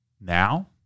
now